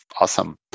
awesome